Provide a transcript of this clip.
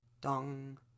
dong